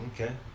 Okay